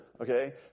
Okay